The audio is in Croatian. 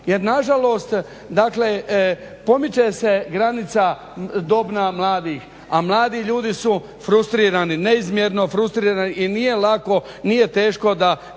jer nažalost dakle pomiče se dobna granica mladih, a mladi ljudi su frustrirani, neizmjerno frustrirani i nije teško da